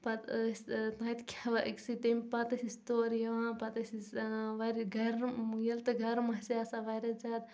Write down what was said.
پتہِ ٲسۍ تتہِ کھیٚوان أکسٕے پتہٕ ٲسۍ أسۍ تورٕ یِوان پتہٕ ٲسۍ أسۍ اۭں واریاہ گرٕم ییٚلہِ تۄہہِ گرٕم آسہِ آسان واریاہ زیادٕ